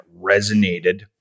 resonated